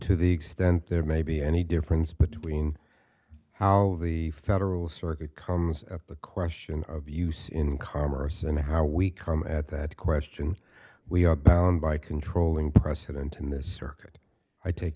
to the extent there may be any difference between how the federal circuit comes at the question of use in commerce and how we come at that question we are bound by controlling precedent in this circuit i take